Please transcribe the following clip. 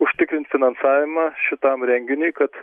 užtikrinti finansavimą šitam renginiui kad